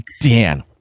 Dan